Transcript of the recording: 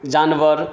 जानवर